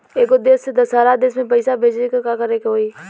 एगो देश से दशहरा देश मे पैसा भेजे ला का करेके होई?